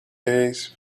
days